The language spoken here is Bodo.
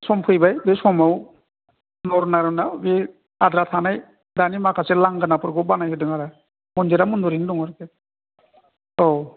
सम फैबाय बे समाव नरनारायना बे आद्रा थानाय दानि माखासे लांगोनाफोरखौ बानायहोदों आरो मन्दिरा मन्दिरैनो दङ औ